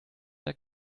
der